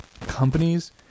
companies